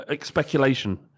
speculation